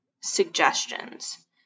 suggestions